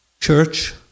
Church